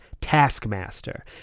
Taskmaster